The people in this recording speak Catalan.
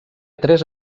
tres